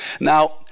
Now